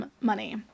money